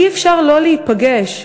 אי-אפשר לא להיפגש,